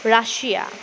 Russia